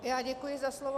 Já děkuji za slovo.